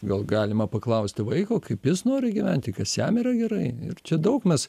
gal galima paklausti vaiko kaip jis nori gyventi kas jam yra gerai ir čia daug mes